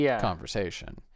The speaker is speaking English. conversation